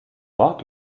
wort